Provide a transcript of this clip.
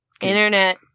Internet